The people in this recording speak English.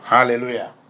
Hallelujah